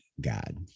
God